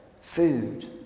food